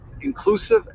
inclusive